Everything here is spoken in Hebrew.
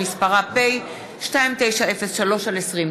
שמספרה פ/2903/20.